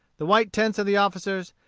the white tents of the officers,